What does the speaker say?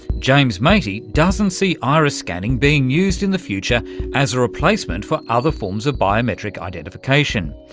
james matey doesn't see iris-scanning being used in the future as a replacement for other forms of biometric identification.